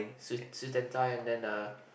suit suit and tie and then a